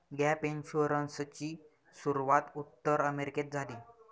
gap इन्शुरन्सची सुरूवात उत्तर अमेरिकेत झाली